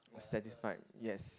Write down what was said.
satisfied yes